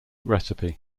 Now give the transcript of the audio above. recipe